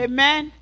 Amen